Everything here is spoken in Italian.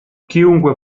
chiunque